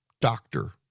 doctor